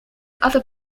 other